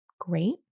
Great